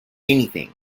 anything